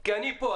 כי אני פה,